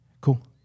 cool